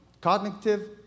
cognitive